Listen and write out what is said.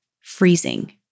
freezing